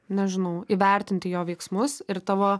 nežinau įvertinti jo veiksmus ir tavo